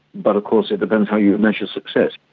but of course it depends how you measure success.